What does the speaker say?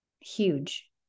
huge